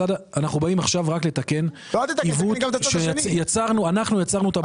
אנחנו באים עכשיו רק לתקן עיוות שאנחנו יצרנו.